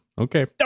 Okay